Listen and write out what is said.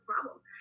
problem